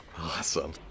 Awesome